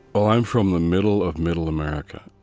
oh, i'm from the middle of middle america.